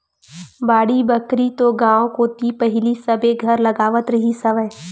बाड़ी बखरी तो गाँव कोती पहिली सबे घर लगावत रिहिस हवय